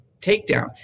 takedown